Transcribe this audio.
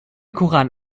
koran